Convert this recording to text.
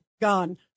gone